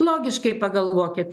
logiškai pagalvokit